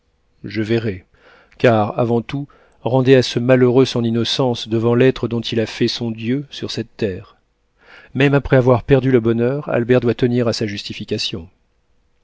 je verrai car avant tout rendez à ce malheureux son innocence devant l'être dont il a fait son dieu sur cette terre même après avoir perdu le bonheur albert doit tenir à sa justification